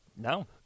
No